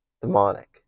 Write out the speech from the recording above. demonic